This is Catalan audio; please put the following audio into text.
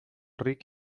ric